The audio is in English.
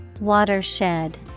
Watershed